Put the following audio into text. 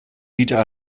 wieder